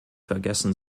vergessen